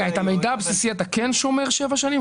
את המידע הבסיסי אתה כן שומר שבע שנים?